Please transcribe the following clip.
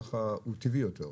ככה הוא טבעי יותר.